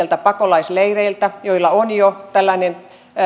pakolaisleireiltä heitä joilla on jo tällainen